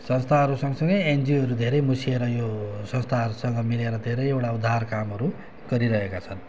संस्थाहरू सँगसँगै एनजिओहरू धेरै मुसिएर यो संस्थाहरूसँग मिलेर धेरैवटा उद्धार कामहरू गरिरहेका छन्